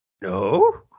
No